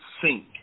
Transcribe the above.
sink